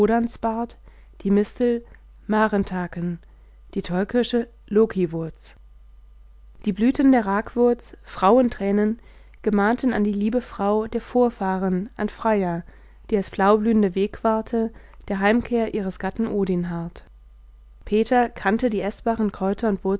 die mistel marentaken die tollkirsche lokiwurz die blüten der ragwurz frauentränen gemahnten an die liebe frau der vorfahren an freia die als blaublühende wegwarte der heimkehr ihres gatten odin harrt peter kannte die eßbaren